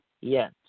yes